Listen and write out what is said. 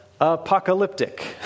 apocalyptic